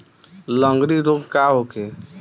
लगंड़ी रोग का होखे?